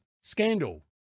scandal